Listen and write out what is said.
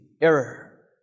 error